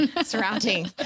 surrounding